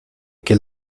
que